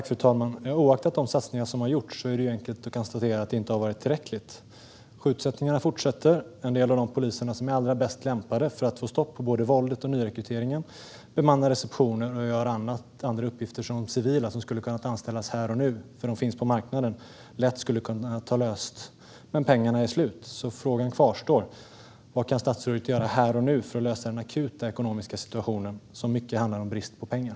Fru talman! Oaktat de satsningar som har gjorts är det enkelt att konstatera att det inte har varit tillräckligt. Skjutningarna fortsätter. En del av de poliser som är allra bäst lämpade för att få stopp på både våld och nyrekrytering bemannar receptioner och gör andra uppgifter som civila, som finns på marknaden och skulle kunna anställas här och nu, lätt skulle ha kunnat lösa. Men pengarna är slut, så frågan kvarstår: Vad kan statsrådet göra här och nu för att lösa den akuta ekonomiska situationen som mycket handlar om brist på pengar?